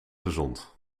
gezond